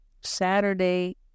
Saturday